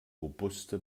robuste